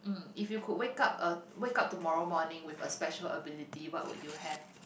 um if you could wake up a wake up tomorrow morning with a special ability what would you have